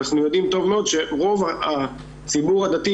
אנחנו יודעים טוב מאוד שרוב הציבור הדתי